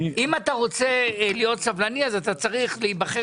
אם אתה רוצה להיות סבלני אתה צריך להיבחר